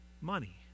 money